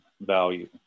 value